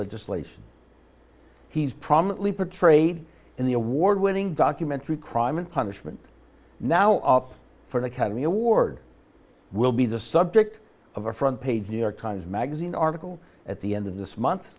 legislation he's prominently portrayed in the award winning documentary crime and punishment now up for the cademy award will be the subject of a front page new york times magazine article at the end of this month